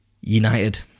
United